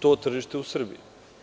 to tržište u Srbiji.